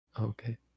okay